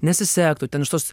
nesisektų ten iš tos